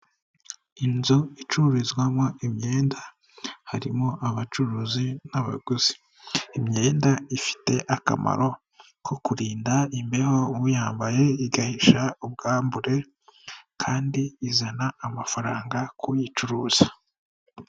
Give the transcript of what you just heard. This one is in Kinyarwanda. Inzu icururizwamo imyenda harimo abacuruzi n'abaguzi, imyenda ifite akamaro ko kurinda imbeho uyambaye igahisha ubwambure, kandi izana amafaranga k'uyicuruza.